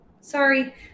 sorry